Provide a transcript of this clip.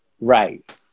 Right